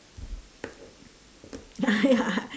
ya ya